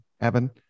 Evan